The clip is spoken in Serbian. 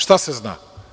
Šta se zna?